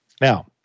Now